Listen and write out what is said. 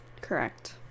Correct